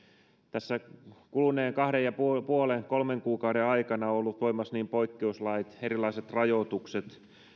tässä kuluneen kahden ja puolen kolmen kuukauden aikana ovat olleet voimassa niin poikkeuslait erilaiset rajoitukset